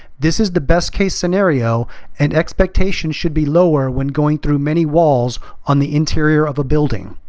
this is the best case scenario and expectations should be lower when going through many walls on the interior of a building.